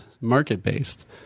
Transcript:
market-based